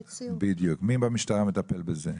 מי במשטרה מטפל בזה?